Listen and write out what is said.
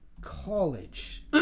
College